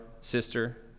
sister